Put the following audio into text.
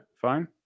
fine